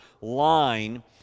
line